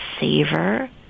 savor